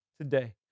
today